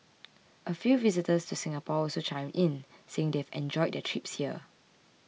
a few visitors to Singapore also chimed in saying they've enjoyed their trips here